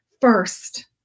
first